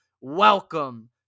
Welcome